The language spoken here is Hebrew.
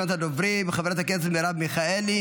ראשונת הדוברים, חברת הכנסת מרב מיכאלי,